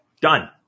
done